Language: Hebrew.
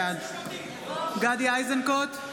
בעד גדי איזנקוט,